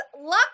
luck